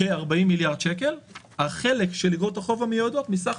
כ-40 מיליארד שקל החלק של איגרות החוב המיועדות מסך